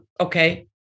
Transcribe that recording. Okay